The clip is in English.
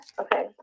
Okay